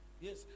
Yes